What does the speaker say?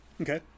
Okay